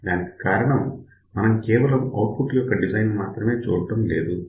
దానికి కారణం మనం కేవలం ఔట్పుట్ యొక్క డిజైన్ ని మాత్రమే చూడడం లేదు